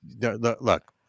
look